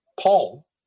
Paul